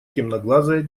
темноглазая